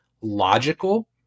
logical